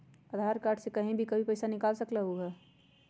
आधार card से कहीं भी कभी पईसा निकाल सकलहु ह?